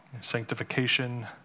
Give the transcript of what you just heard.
Sanctification